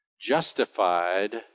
justified